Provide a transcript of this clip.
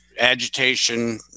Agitation